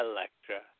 Electra